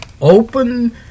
open